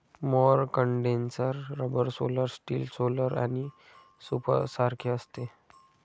mower condenser rubber roller, steel roller आणि सूपसारखे असते